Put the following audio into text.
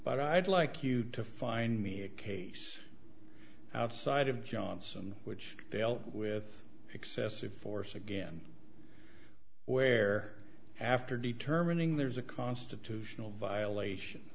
but i'd like you to find me a case outside of johnson which dealt with excessive force again where after determining there's a constitutional violation